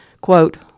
Quote